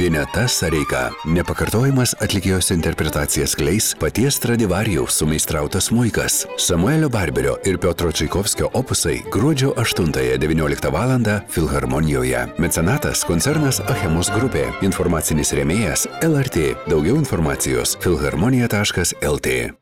ineta sareika nepakartojamas atlikėjos interpretacijas skleis paties stradivarijaus sumeistrautas smuikas samuelio barberio ir piotro čaikovskio opusai gruodžio aštuntąją devynioliktą valandą filharmonijoje mecenatas koncernas achemos grupė informacinis rėmėjas lrt daugiau informacijos filharmonija taškas lt